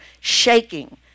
shaking